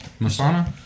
Masana